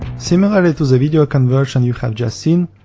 similarly to the video conversion you have just seen,